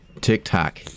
TikTok